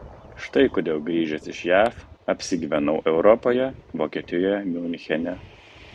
štai kodėl grįžęs iš jav apsigyvenau europoje vokietijoje miunchene